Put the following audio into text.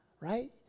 right